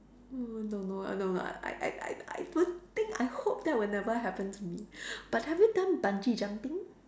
oh no no no I I I I don't think I hope that will never happen to me but have you done bungee jumping